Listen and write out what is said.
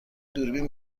دوربین